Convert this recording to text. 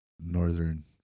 Northern